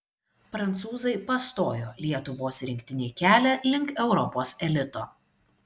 prancūzai pastojo lietuvos rinktinei kelią link europos elito